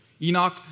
Enoch